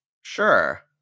Sure